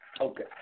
Okay